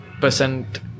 percent